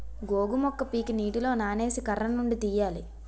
గోగు మొక్క పీకి నీటిలో నానేసి కర్రనుండి తీయాలి